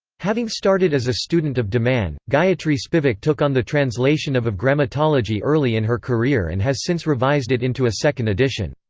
having started as a student of de man, gayatri spivak took on the translation of of grammatology early in her career and has since revised it into a second edition.